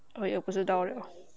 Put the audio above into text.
我也不知道了